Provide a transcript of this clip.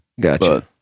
Gotcha